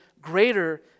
greater